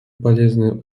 полезный